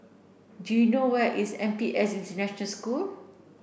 do you know where is N P S International School